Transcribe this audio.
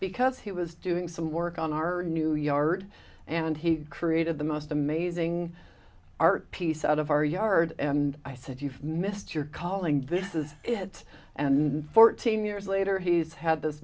because he was doing some work on our new yard and he created the most amazing art piece out of our yard and i said you've missed your calling this is it and fourteen years later he's had this